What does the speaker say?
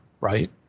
right